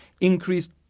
increased